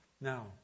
Now